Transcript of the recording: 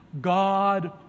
God